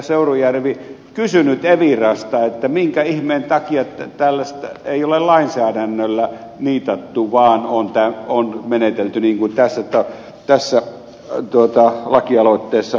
seurujärvi kysynyt evirasta minkä ihmeen takia tällaista ei ole lainsäädännöllä niitattu vaan on menetelty niin kuin tässä lakialoitteessa käy ilmi